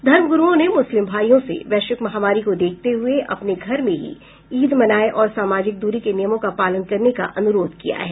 धर्म गुरूओं ने मुस्लिम भाईयों से वैश्विक महामारी को देखते हुये अपने घर में ही ईद मनाने और सामाजिक दूरी के नियमों का पालन करने का अनुरोध किया है